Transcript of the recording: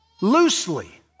Loosely